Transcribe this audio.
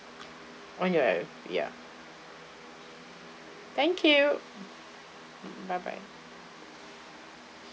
on your ya thank you bye bye